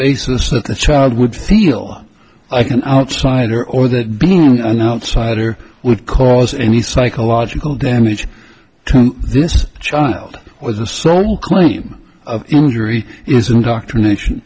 basis that the child would feel like an outsider or that being an outsider would cause any psychological damage to this child was the sole claim of injury is indoctrination